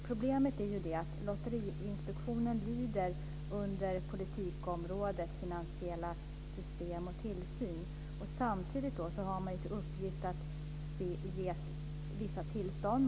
Problemet är att Lotteriinspektionen lyder under politikområdet finansiella system och tillsyn, samtidigt som den har till uppgift att ge vissa tillstånd.